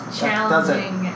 challenging